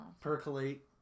percolate